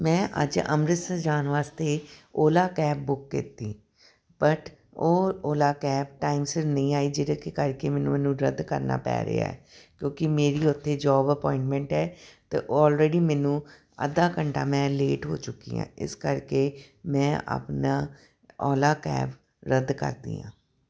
ਮੈਂ ਅੱਜ ਅੰਮ੍ਰਿਤਸਰ ਜਾਣ ਵਾਸਤੇ ਓਲਾ ਕੈਬ ਬੁੱਕ ਕੀਤੀ ਬਟ ਉਹ ਓਲਾ ਕੈਬ ਟਾਈਮ ਸਿਰ ਨਹੀਂ ਆਈ ਜਿਹਦੇ ਕਿ ਕਰਕੇ ਮੈਨੂੰ ਮੈਨੂੰ ਰੱਦ ਕਰਨਾ ਪੈ ਰਿਹਾ ਕਿਉਂਕਿ ਮੇਰੀ ਉੱਥੇ ਜੋਬ ਅਪੋਆਇੰਟਮੈਂਟ ਹੈ ਅਤੇ ਔਲਰੇਡੀ ਮੈਨੂੰ ਅੱਧਾ ਘੰਟਾ ਮੈਂ ਲੇਟ ਹੋ ਚੁੱਕੀ ਹਾਂ ਇਸ ਕਰਕੇ ਮੈਂ ਆਪਣਾ ਓਲਾ ਕੈਬ ਰੱਦ ਕਰਦੀ ਹਾਂ